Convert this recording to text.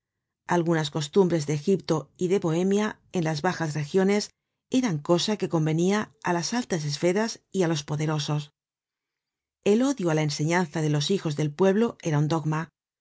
algunas costumbres de egipto y de bohemia en las bajas regiones eran cosa que convenia á las altas esferas y á los poderosos el odio á la enseñanza de los hijos del pueblo era un dogma